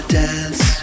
dance